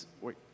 wait